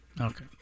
Okay